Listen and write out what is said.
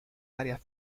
varias